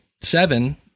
seven